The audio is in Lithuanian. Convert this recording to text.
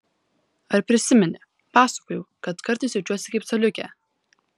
ar prisimeni pasakojau kad kartais jaučiuosi kaip coliukė